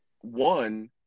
one